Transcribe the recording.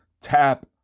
Tap